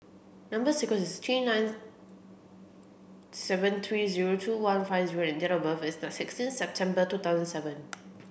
number sequence is T nine seven three zero two one five O and date of birth is the sixteenth September two thousand seven